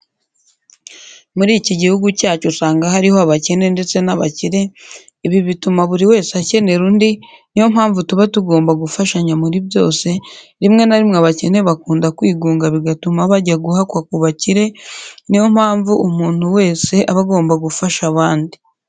Muri iki gihugu cyacu usanga hariho abakene ndetse n'abakire, ibi bituma buri wese akenera undi, niyo mpamvu tuba tugomba gufashanya muri byose, rimwe na rimwe abakene bakunda kwigunga bigatuma bajya guhakwa ku bakire, niyo mpamva umuntu wese aba agomba gufasha abandi.